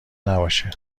نباشه